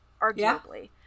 arguably